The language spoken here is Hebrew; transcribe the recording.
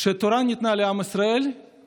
שהתורה ניתנה לעם ישראל,